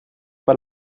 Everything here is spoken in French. pas